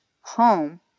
home